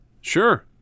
Sure